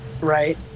right